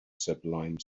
sublime